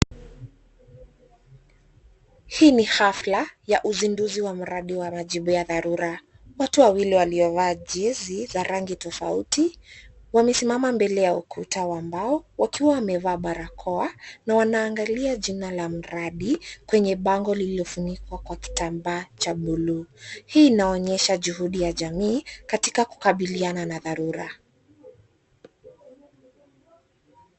Hii ni hafla ya uzinduzi wa mradi wa majibu ya dharura. Watu wawili waliovaa jezi za rangi tofauti wamesimama mbele ya ukuta wa mbao, wakiwa wamevaa barakoa na wanaangalia jina la mradi kwenye bango lililofunikwa kwa kitambaa cha buluu. Hii inaonyesha juhudi ya jamii katika kukabiliana na dharura.